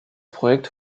projekt